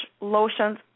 lotions